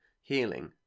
healing